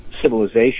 Civilization